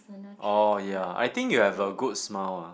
orh ya I think you have a good smile ah